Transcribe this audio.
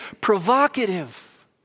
provocative